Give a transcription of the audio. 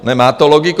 Nemá to logiku?